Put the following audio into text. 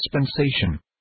dispensation